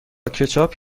کچاپ